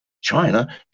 China